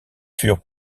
furent